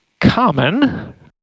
common